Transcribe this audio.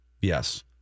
Yes